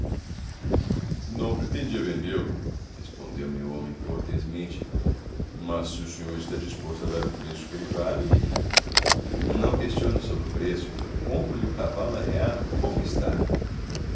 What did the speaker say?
não pretendia vendê lo respondeu-me o homem cortesmente mas se o senhor está disposto a dar o preço que ele vale não questiono sobre o preço compro lhe o cavalo arreado como está